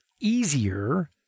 easier